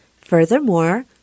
Furthermore